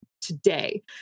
today